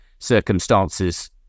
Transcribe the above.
circumstances